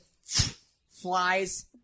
Flies